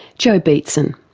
jo beatson.